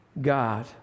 God